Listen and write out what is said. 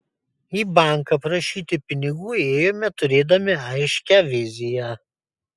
į banką prašyti pinigų ėjome turėdami aiškią viziją